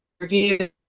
review